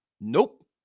Nope